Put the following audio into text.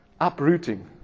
Uprooting